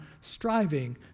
striving